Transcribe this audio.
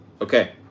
Okay